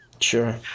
Sure